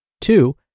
Two